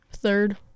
third